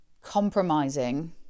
Compromising